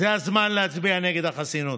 זה הזמן להצביע נגד החסינות.